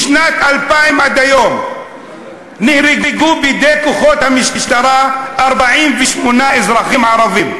משנת 2000 עד היום נהרגו בידי כוחות המשטרה 48 אזרחים ערבים,